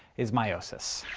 is meiosis.